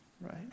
Right